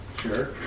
sure